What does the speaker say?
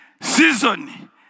season